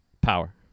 power